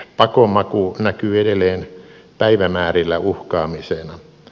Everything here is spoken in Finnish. pakon maku näkyy edelleen päivämäärillä uhkaamisena